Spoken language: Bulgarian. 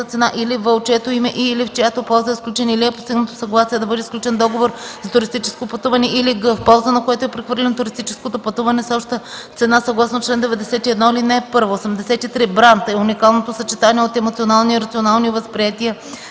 цена, или в) от чието име и/или в чиято полза е сключен или е постигнато съгласие да бъде сключен договор за туристическо пътуване, или г) в полза на което е прехвърлено туристическото пътуване с обща цена съгласно чл. 91, ал. 1. 83. „Бранд” е уникалното съчетание от емоционални и рационални възприятия